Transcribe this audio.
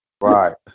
right